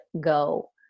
go